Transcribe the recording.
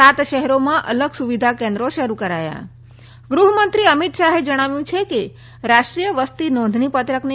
સાત શહેરોમાં અલગ સુવિધા કેન્દ્રો શરૂ કરાયાં ગૃહમંત્રી અમીત શાહે જણાવ્યું છે કે રાષ્ટ્રીય વસતિ નોંધણી પત્રકની